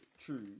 true